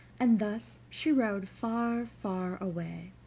and thus she rode far, far away,